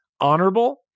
honorable